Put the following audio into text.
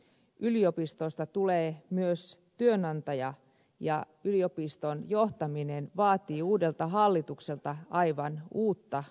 yliopistoista tulee myös työnantaja ja yliopiston johtaminen vaatii uudelta hallitukselta aivan uutta osaamista